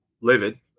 livid